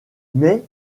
mais